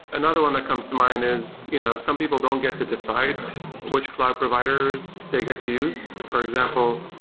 another one that comes to mind is you know some people don't get to decide which cloud providers they get to use. for example,